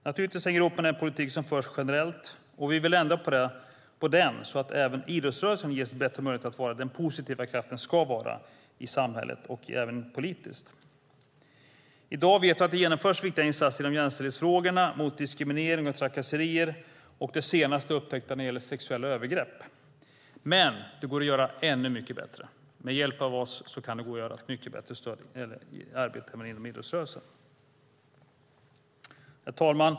Naturligtvis hänger det ihop med den politik som förs generellt, och vi vill ändra på den så att även idrottsrörelsen ges bättre möjligheter att vara den positiva kraft den ska vara i samhället och även politiskt. I dag vet vi att det genomförs viktiga insatser i jämställdhetsfrågorna, mot diskriminering och trakasserier, och det senast upptäckta, sexuella övergrepp. Men, det går att göra ännu mycket bättre. Med hjälp av oss kan det gå att ge mycket bättre stöd i arbetet inom idrottsrörelsen. Herr talman!